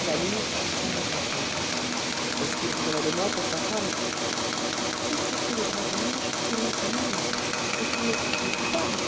la louve haussa les épaules est-ce qu'il voudrait de moi pour sa femme excepté le braconnage il n'a commis n'est-ce pas aucune autre action coupable